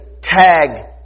tag